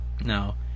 Now